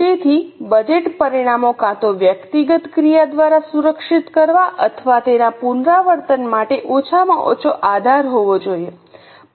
તેથી બજેટ પરિણામો કાં તો વ્યક્તિગત ક્રિયા દ્વારા સુરક્ષિત કરવા અથવા તેના પુનરાવર્તન માટે ઓછામાં ઓછો આધાર હોવો જોઈએ